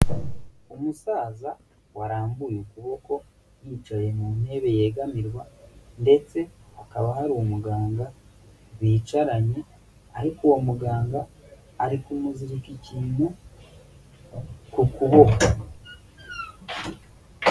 Umusaza warambuye ukuboko yicaye mu ntebe yegamirwa ndetse hakaba hari umuganga bicaranye ariko uwo muganga ari kumuzirika ikintu ku kuboko.